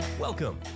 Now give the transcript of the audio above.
Welcome